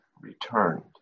returned